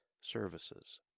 services